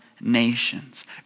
nations